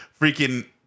freaking